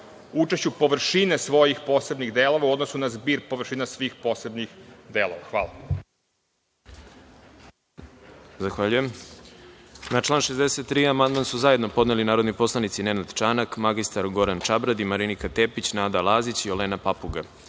učešću površine svojih posebnih delova u odnosu na zbir površina svih posebnih delova. Hvala.